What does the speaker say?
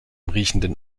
riechenden